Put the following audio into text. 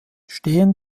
stehen